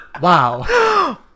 Wow